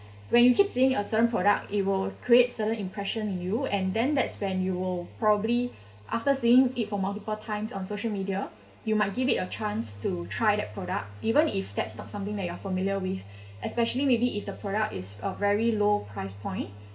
when you keep seeing a certain product it will create certain impression in you and then that's when you will probably after seeing it for multiple times on social media you might give it a chance to try that product even if that's not something that you are familiar with especially maybe if the product is uh very low price point